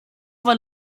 weil